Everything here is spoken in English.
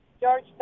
George